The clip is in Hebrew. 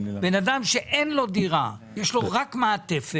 בן אדם שאין לו דירה, יש לו רק מעטפת